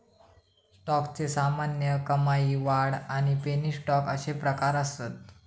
स्टॉकचे सामान्य, कमाई, वाढ आणि पेनी स्टॉक अशे प्रकार असत